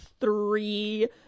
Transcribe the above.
three